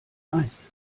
eis